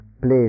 place